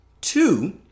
Two